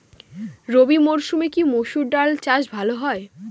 রবি মরসুমে কি মসুর ডাল চাষ ভালো হয়?